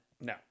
no